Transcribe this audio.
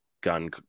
gun